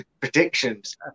predictions